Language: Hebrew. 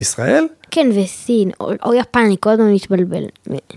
ישראל? כן, וסין, או יפן, אני כל הזמן מתבלבל